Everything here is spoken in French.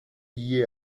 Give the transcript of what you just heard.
liée